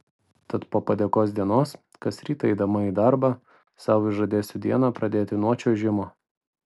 tad po padėkos dienos kas rytą eidama į darbą sau vis žadėsiu dieną pradėti nuo čiuožimo